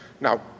Now